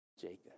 Jacob